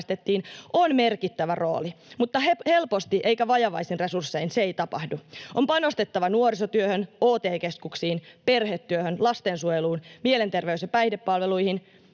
on merkittävä rooli, mutta helposti tai vajavaisin resurssein se ei tapahdu. On panostettava nuorisotyöhön, OT-keskuksiin, perhetyöhön, lastensuojeluun, mielenterveys- ja päihdepalveluihin